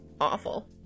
Awful